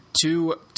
Two